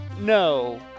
no